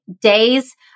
days